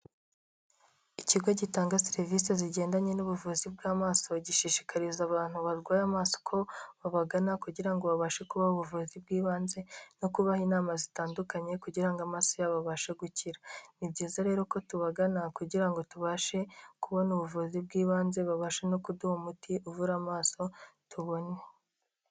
Ikigo gitanga serivisi zigendanye n'ubuvuzi bw'amaso gishishikariza abantu barwaye amaso ko babagana kugira babashe kubaho ubuvuzi bw'ibanze no kubaha inama zitandukanye kugira ngo amaso yabo abashe gukira. Ni byiza rero ko tubagana kugira ngo tubashe kubona ubuvuzi bw'ibanze babashe no kuduha umuti uvura amaso tubone.